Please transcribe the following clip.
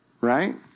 Right